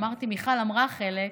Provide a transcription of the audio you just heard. אמרתי שמיכל אמרה חלק.